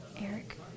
Eric